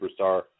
superstar